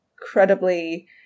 incredibly